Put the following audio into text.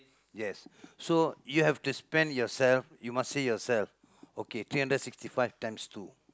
yes so you have to spend yourself you must say yourself okay three hundred sixty five times two